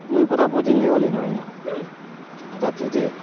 ମୁଇଁ ପୁରା ବୋରିଙ୍ଗ୍ ହେଇଗଲିନ ଇନ ରାତିରେ